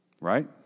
right